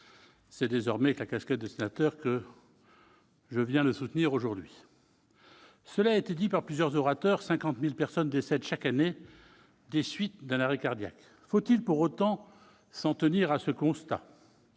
C'est désormais avec la casquette de sénateur que je viens le soutenir aujourd'hui. Cela a été dit par plusieurs orateurs, 50 000 personnes décèdent, chaque année, des suites d'un arrêt cardiaque. Faut-il pour autant s'en tenir à ce constat ?